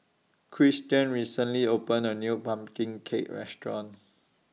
Christian recently opened A New Pumpkin Cake Restaurant